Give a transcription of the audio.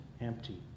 empty